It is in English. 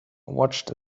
watched